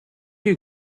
you